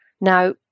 Now